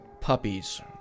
puppies